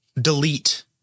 delete